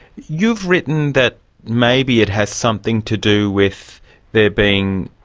you've written that maybe it has something to do with there being,